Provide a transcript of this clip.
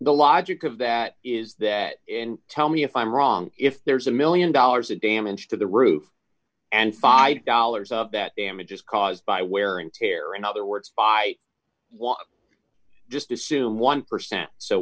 the logic of that is that and tell me if i'm wrong if there's a one million dollars of damage to the roof and five dollars of that damage is caused by wear and tear in other words by just assume one percent so